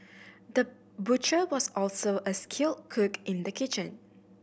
the butcher was also a skilled cook in the kitchen